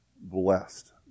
blessed